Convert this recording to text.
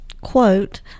quote